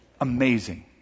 Amazing